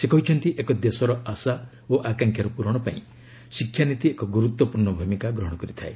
ସେ କହିଛନ୍ତି ଏକ ଦେଶର ଆଶା ଓ ଆକାଂକ୍ଷାର ପୂରଣ ପାଇଁ ଶିକ୍ଷାନୀତି ଏକ ଗୁରୁତ୍ୱପୂର୍ଣ୍ଣ ଭୂମିକା ଗ୍ରହଣ କରିଥାଏ